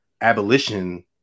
abolition